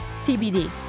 TBD